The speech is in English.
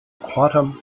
quantum